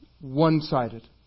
one-sided